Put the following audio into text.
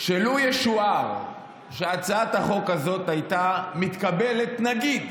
לו ישוער שהצעת החוק הזו הייתה מתקבלת נגיד